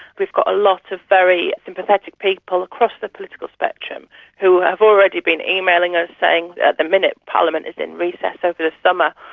we've got a lot of very sympathetic people across the political spectrum who have already been emailing us saying, at the minute parliament is in recess over the summer,